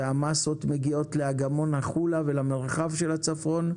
והמסות מגיעות לאגמון החולה ולמרחב של הצפון,